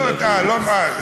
לא מאיים.